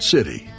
City